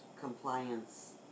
compliance